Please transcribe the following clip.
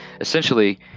essentially